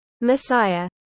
Messiah